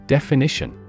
Definition